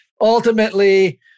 ultimately